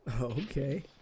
okay